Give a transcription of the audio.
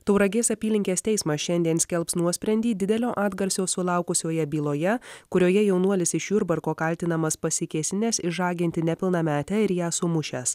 tauragės apylinkės teismą šiandien skelbs nuosprendį didelio atgarsio sulaukusioje byloje kurioje jaunuolis iš jurbarko kaltinamas pasikėsinęs išžaginti nepilnametę ir ją sumušęs